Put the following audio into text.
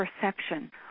perception